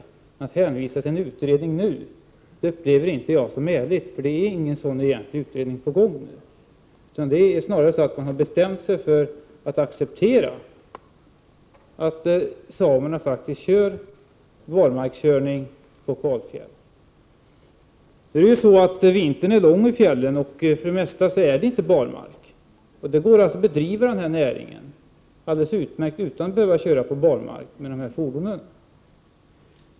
Att nu hänvisa till en utredning upplever inte jag som ärligt — det är egentligen inte någon sådan utredning på gång nu. Det är snarare så att man har. bestämt sig för att acceptera att samerna faktiskt bedriver barmarkskörning på kalfjäll. Vintern är lång i fjällen, och för det mesta är det inte barmark. Det går | alldeles utmärkt att bedriva den här näringen utan att köra på barmark med I de här fordonen.